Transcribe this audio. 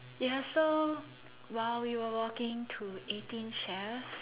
ya so while we were walking to Eighteen Chefs